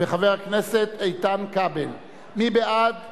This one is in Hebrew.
רע"ם-תע"ל וחבר הכנסת איתן כבל מסתייגים